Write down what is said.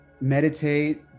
meditate